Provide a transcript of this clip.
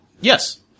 Yes